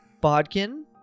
Bodkin